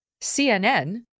CNN